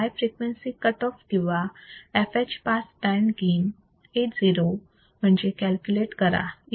तर high frequency cut off किंवा fh pass band gain Ao मध्ये कॅल्क्युलेट करा